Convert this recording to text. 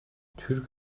türk